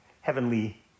heavenly